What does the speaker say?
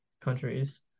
countries